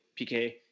PK